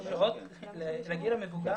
לגיל המבוגר,